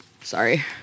Sorry